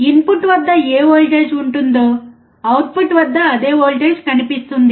input వద్ద ఏ voltage ఉంటుందో అవుట్పుట్ వద్ద అదే వోల్టేజ్ కనిపిస్తుంది